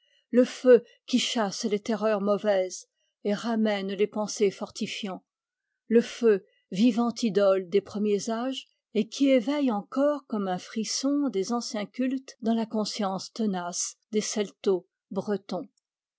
le feu qui chasse les terreurs mauvaises et ramène les pensers fortifiants le feu vivante idole des premiers âges et qui éveille encore comme un frisson des anciens cultes dans la conscience tenace des